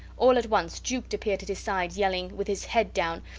all at once jukes appeared at his side, yelling, with his head down.